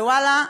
ואללה,